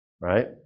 Right